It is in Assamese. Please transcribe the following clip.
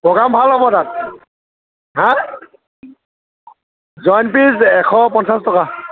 প্ৰগ্ৰাম ভাল হ'ব তাত হাঁ জইন ফীজ এশ পঞ্চাছ টকা